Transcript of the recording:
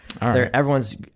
Everyone's